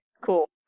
cool